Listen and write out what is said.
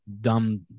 dumb